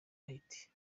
haiti